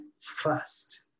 first